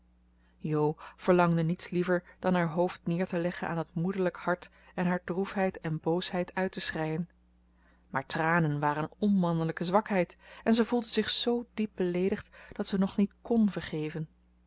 jo verlangde niets liever dan haar hoofd neer te leggen aan dat moederlijk hart en haar droefheid en boosheid uit te schreien maar tranen waren een onmannelijke zwakheid en ze voelde zich zoo diep beleedigd dat ze nog niet kon vergeven